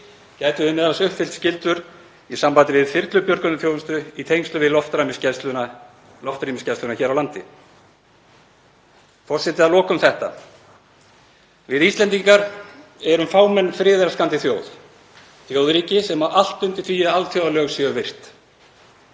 gætum við m.a. uppfyllt skyldur í sambandi við þyrlubjörgunarþjónustu í tengslum við loftrýmisgæsluna hér á landi. Forseti. Að lokum þetta: Við Íslendingar erum fámenn, friðelskandi þjóð, þjóðríki sem á allt undir því að alþjóðalög séu virt.